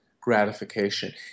gratification